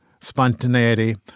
spontaneity